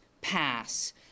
pass